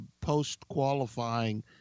post-qualifying